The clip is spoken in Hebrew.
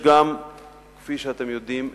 כפי שאתם יודעים,